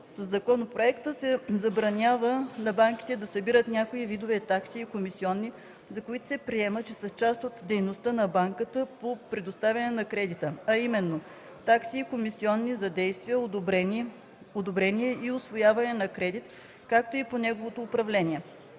Със законопроекта се забранява на банките да събират някои видове такси и комисионни, за които се приема, че са част от дейността на банката по предоставяне на кредита, а именно – такси и комисионни за действия, одобрение и усвояване на кредит, както и за неговото управление.